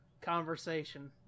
conversation